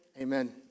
Amen